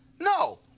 no